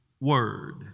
word